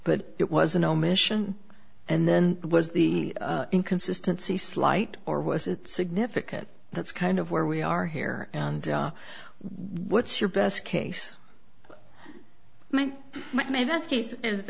but it was an omission and then it was the inconsistency slight or was it significant that's kind of where we are here and what's your best case my may